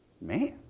Man